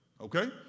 okay